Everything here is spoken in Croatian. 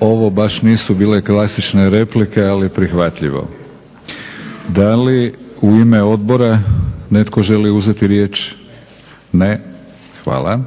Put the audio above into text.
Ovo baš nisu bile klasične replike, ali prihvatljivo. Da li u ime Odbora netko želi uzeti riječ? Ne. Hvala.